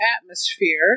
atmosphere